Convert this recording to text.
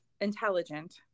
intelligent